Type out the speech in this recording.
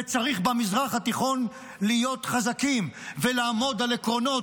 וצריך במזרח התיכון להיות חזקים ולעמוד על עקרונות,